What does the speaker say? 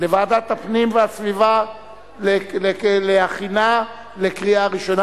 והגנת הסביבה להכנה לקריאה ראשונה.